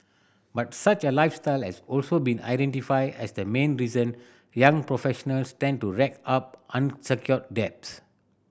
but such a lifestyle has also been identified as the main reason young professionals tend to rack up unsecured debts